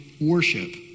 worship